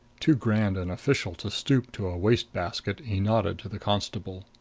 too grand an official to stoop to a waste-basket, he nodded to the constable.